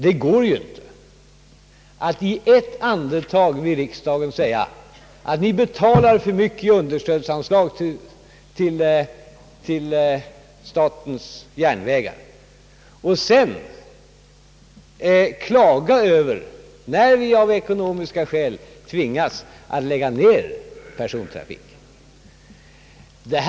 Det går dock inte att i riksdagen i ett andetag säga, att vi betalar för mycket i anslag till statens järnvägar och sedan samtidigt klaga över, att vi av ekonomiska skäl tvingas lägga ned persontrafiken i vissa fall.